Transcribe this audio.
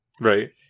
Right